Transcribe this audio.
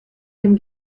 dem